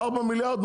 ארבעה מיליארד,